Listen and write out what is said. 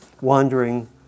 wandering